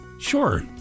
Sure